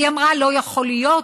היא אמרה: לא יכול להיות